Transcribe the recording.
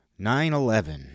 9-11